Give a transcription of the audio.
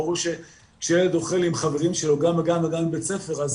כי ברור שכשהילד אוכל עם החברים שלו גם בגן וגם בבית הספר יש